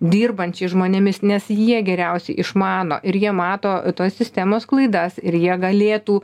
dirbančiais žmonėmis nes jie geriausiai išmano ir jie mato tos sistemos klaidas ir jie galėtų